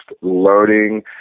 learning